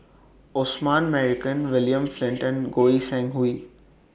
Osman Merican William Flint and Goi Seng Hui